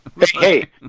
Hey